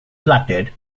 platted